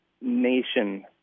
nation